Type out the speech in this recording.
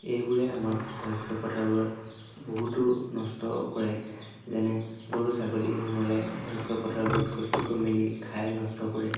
এইবোৰে আমাৰ শস্য পথাৰবোৰত বহুতো নষ্ট কৰে যেনে গৰু ছাগলী সোমালে মানে শস্য পথাৰবোৰত গচকি মেলি খাই নষ্ট কৰে